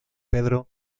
pedro